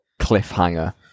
cliffhanger